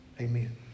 Amen